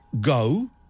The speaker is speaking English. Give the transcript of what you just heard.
go